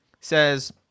says